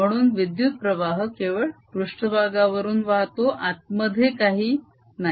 म्हणून विद्युत्प्रवाह केवळ पृष्ट्भागावरून वाहतो आतमध्ये काही नाही